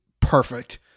perfect